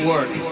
Work